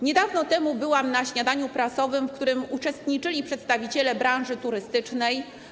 Niedawno byłam na śniadaniu prasowym, w którym uczestniczyli przedstawiciele branży turystycznej.